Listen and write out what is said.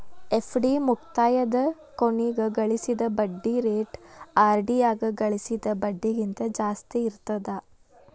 FD ಮುಕ್ತಾಯದ ಕೊನಿಗ್ ಗಳಿಸಿದ್ ಬಡ್ಡಿ ರೇಟ ಆರ್.ಡಿ ಯಾಗ ಗಳಿಸಿದ್ ಬಡ್ಡಿಗಿಂತ ಜಾಸ್ತಿ ಇರ್ತದಾ